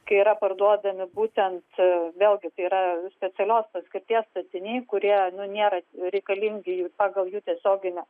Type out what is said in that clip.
kai yra parduodami būtent vėlgi tai yra specialios paskirties statiniai kurie nu nėra reikalingi pagal jų tiesioginę